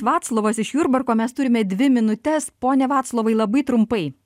vaclovas iš jurbarko mes turime dvi minutes pone vaclovai labai trumpai